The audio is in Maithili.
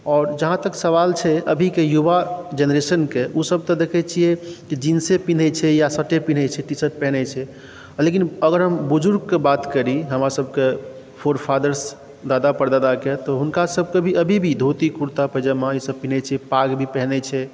आओर जहाँ तक सवाल छै अभीके युवा जेनरेशनके ओसभ तऽ देखैत छियै जिन्से पहिरैत छै या शर्टे पहिरैत छै टी शर्ट पहिरैत छै लेकिन अगर हम बुज़ुर्गके बात करी हमरासभकेँ फोर फादर्स दादा परदादाके तऽ हुनकासभकेँ भी अभी भी धोती कुर्ता पैजामा ईसभ पहिरैत छै पाग भी पहिरैत छै